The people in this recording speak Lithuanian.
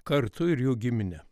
kartu ir jų giminę